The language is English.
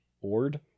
Ord